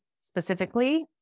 specifically